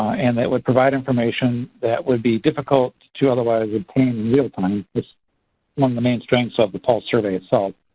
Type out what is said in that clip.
and that would provide information that would be difficult to otherwise obtain real time is one of the main strengths of the pulse survey itself.